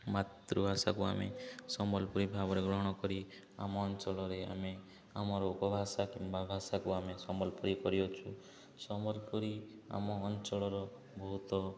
ମାତୃଭାଷାକୁ ଆମେ ସମ୍ବଲପୁରୀ ଭାବରେ ଗ୍ରହଣ କରି ଆମ ଅଞ୍ଚଳରେ ଆମେ ଆମର ଉପଭାଷା କିମ୍ବା ଭାଷାକୁ ଆମେ ସମ୍ବଲପୁରୀ କରିଅଛୁ ସମ୍ବଲପୁରୀ ଆମ ଅଞ୍ଚଳର ବହୁତ